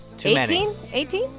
too many eighteen?